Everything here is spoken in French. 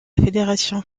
fédération